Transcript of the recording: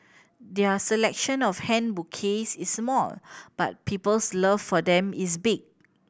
their selection of hand bouquets is small but people's love for them is big